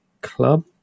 Club